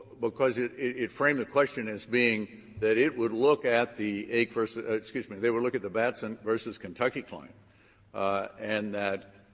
because it it it framed the question as being that it would look at the ake v. excuse me they would look at the batson v. kentucky claim and that,